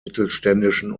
mittelständischen